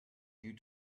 due